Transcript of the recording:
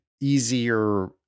easier